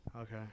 Okay